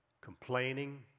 complaining